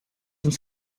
uns